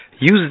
Use